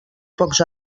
pocs